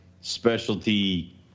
specialty